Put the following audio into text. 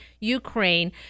Ukraine